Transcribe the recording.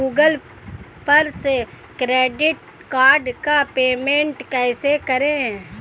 Google पर से credit card का पेमेंट कैसे करें?